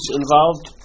involved